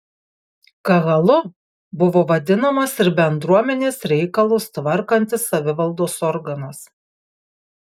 kahalu buvo vadinamas ir bendruomenės reikalus tvarkantis savivaldos organas